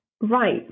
right